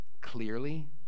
clearly